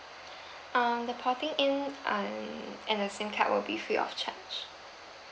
uh the porting in err and the SIM card will be free of charge